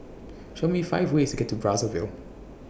Show Me five ways to get to Brazzaville